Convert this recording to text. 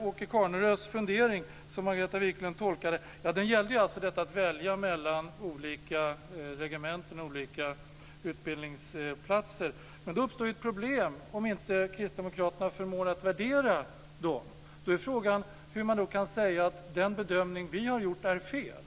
Åke Carnerös fundering, som Margareta Viklund tolkade, gällde ju detta med att välja mellan olika regementen och olika utbildningsplatser. Men det uppstår ett problem om inte Kristdemokraterna förmår värdera det här. Då är frågan hur man kan säga att den bedömning som vi har gjort är fel.